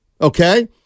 Okay